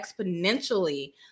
exponentially